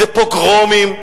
זה פוגרומים.